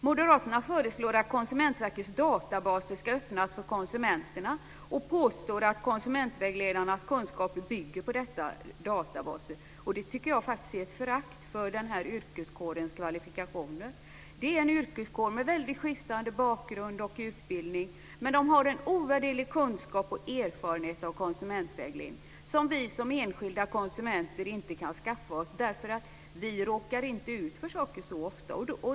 Moderaterna föreslår att Konsumentverkets databaser ska öppnas för konsumenterna och påstår att konsumentvägledarnas kunskaper bygger på dessa databaser. Det tycker jag är ett förakt för denna yrkeskårs kvalifikationer. Medlemmarna i denna yrkeskår har väldigt skiftande bakgrund och utbildning, men de har en ovärderlig kunskap och erfarenhet av konsumentvägledning som vi som enskilda konsumenter inte kan skaffa oss. Vi råkar inte ut för saker så ofta.